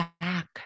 back